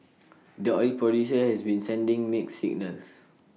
the oil producer has been sending mixed signals